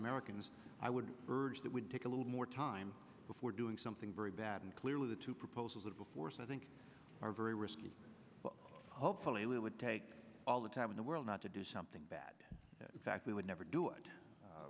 americans i would urge that would take a little more time before doing something very bad and clearly the two proposals of before so i think are very risky hopefully would take all the time in the world not to do something bad in fact we would never do it